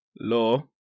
Law